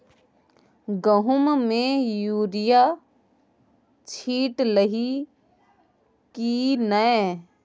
गहुम मे युरिया छीटलही की नै?